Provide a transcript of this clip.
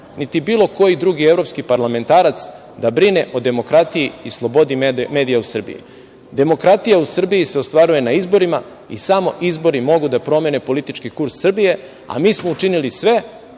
niti bilo koji drugi evropski parlamentarac da brine o demokratiji i slobodi medija u Srbiji. Demokratija u Srbiji se ostvaruje na izborima i samo izbori mogu da promene politički kurs Srbije, a mi smo učinili sve